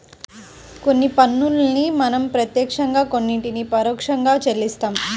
కొన్ని పన్నుల్ని మనం ప్రత్యక్షంగా కొన్నిటిని పరోక్షంగా చెల్లిస్తాం